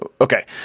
okay